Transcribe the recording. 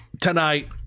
tonight